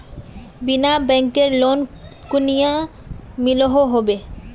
बिना बैंकेर लोन कुनियाँ मिलोहो होबे?